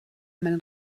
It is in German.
meinen